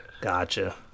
Gotcha